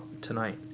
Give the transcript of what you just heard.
tonight